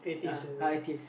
ya